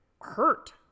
hurt